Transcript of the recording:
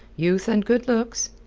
youth and good looks!